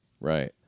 Right